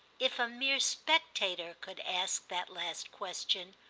if a mere spectator could ask that last question,